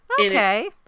Okay